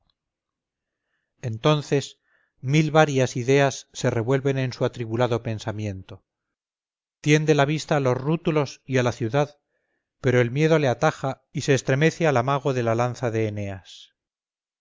entonces mil varias ideas se revuelven en su atribulado pensamiento tiende la vista a los rútulos y a la ciudad pero el miedo le ataja y se estremece al amago de la lanza de eneas